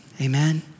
amen